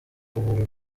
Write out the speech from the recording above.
kuvura